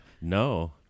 no